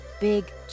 Big